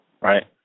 Right